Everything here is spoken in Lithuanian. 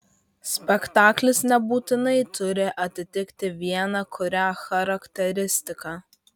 spektaklis nebūtinai turi atitikti vieną kurią charakteristiką